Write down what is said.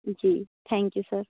ji thank you sir